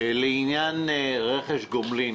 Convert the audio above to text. לעניין רכש גומלין.